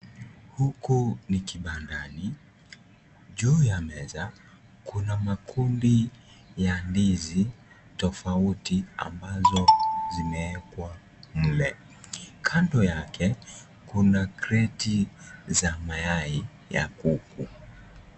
Huku ni kibandani. Juu ya meza, kuna makundi ya ndizi tofauti ambazo zimewekwa mle. Kando yake, kuna kreti za mayai ya kuku.